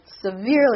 severely